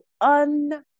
un-